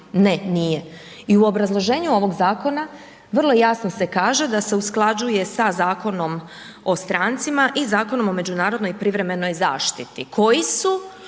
Ne, nije. I u obrazloženju ovog zakona vrlo jasno se kaže da se usklađuje sa Zakonom o strancima i Zakonom o međunarodnoj privremenoj zaštiti koji su